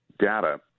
data